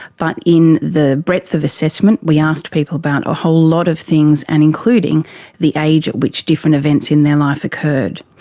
but in the breadth of assessment, we asked people about a whole lot of things, and including the age at which different events on their life occurred.